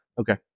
okay